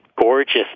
gorgeous